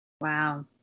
wow